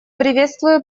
приветствую